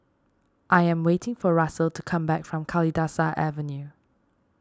I am waiting for Russel to come back from Kalidasa Avenue